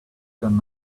got